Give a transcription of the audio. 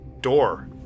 door